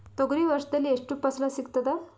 ತೊಗರಿ ವರ್ಷದಲ್ಲಿ ಎಷ್ಟು ಫಸಲ ಸಿಗತದ?